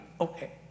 Okay